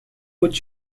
would